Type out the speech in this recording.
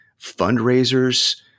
fundraisers